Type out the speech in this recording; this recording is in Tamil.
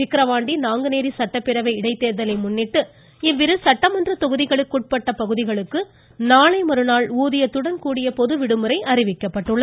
விக்கிரவாண்டி நாங்குநேரி சட்டப்பேரவை இடைத்தேர்தலை முன்னிட்டு இவ்விரு சட்டமன்ற தொகுதிகளுக்குட்பட்ட பகுதிகளுக்கு நாளை மறுநாள் ஊதியத்துடன் கூடிய பொது விடுமுறை அறிவிக்கப்பட்டுள்ளது